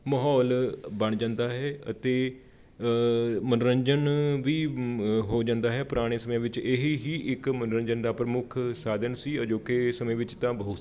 ਮਹੌਲ ਬਣ ਜਾਂਦਾ ਹੈ ਅਤੇ ਮਨੋਰੰਜਨ ਵੀ ਹੋ ਜਾਂਦਾ ਹੈ ਪੁਰਾਣੇ ਸਮਿਆਂ ਵਿੱਚ ਇਹੀ ਹੀ ਇੱਕ ਮਨੋਰੰਜਨ ਦਾ ਪ੍ਰਮੁੱਖ ਸਾਧਨ ਸੀ ਅਜੋਕੇ ਸਮੇਂ ਵਿੱਚ ਤਾਂ ਬਹੁਤ